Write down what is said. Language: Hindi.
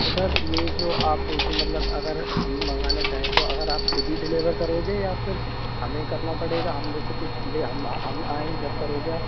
तो सर यह जो आप मुझे मतलब अगर हम मँगाना चाहें तो अगर आप खुद ही डिलेवर करोगे या फिर हमें ही करना पड़ेगा हम जैसे कुछ ले हम हम आएँ जब करोगे आप